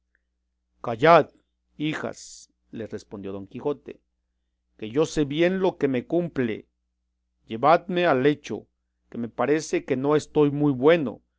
callad hijas les respondió don quijote que yo sé bien lo que me cumple llevadme al lecho que me parece que no estoy muy bueno